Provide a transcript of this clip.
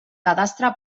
cadastre